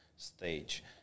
stage